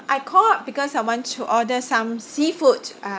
I called because I want to order some seafood uh